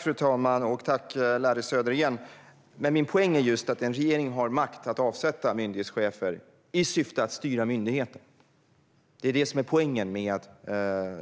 Fru talman! Larry Söder! Min poäng är just att en regering har makt att avsätta myndighetschefer i syfte att styra myndigheter. Det är det som är poängen med